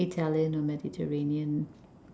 Italian or Mediterranean